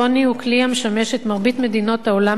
מדינות העולם המערבי מזה שנים רבות,